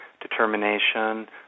determination